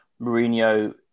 Mourinho